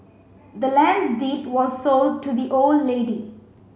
the land's deed was sold to the old lady